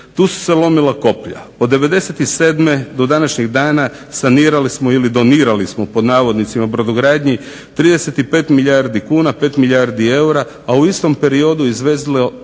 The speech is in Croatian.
Tu su se lomila koplja. Od '97. do današnjeg dana sanirali smo ili "donirali" smo brodogradnji 35 milijardi kuna, 5 milijardi eura, a u istom periodu izvezeno